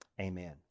Amen